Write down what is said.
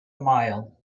mile